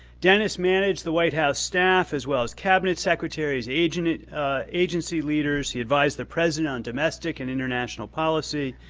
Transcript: denis managed the white house staff as well as cabinet secretaries, agency agency leaders. he advised the president on domestic and international policy,